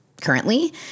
currently